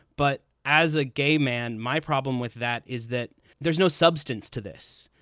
but as a gay man, my problem with that is that there's no substance to this.